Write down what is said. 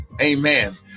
amen